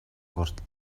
хүртэл